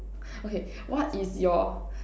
okay what is your